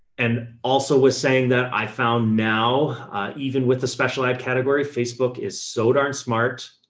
and also was saying that i found now even with the special ed category, facebook is so darn smart.